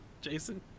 Jason